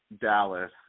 Dallas